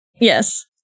Yes